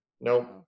nope